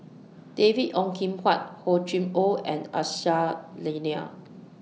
David Ong Kim Huat Hor Chim Or and Aisyah Lyana